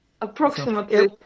approximately